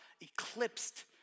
eclipsed